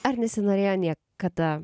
ar nesinorėjo niekada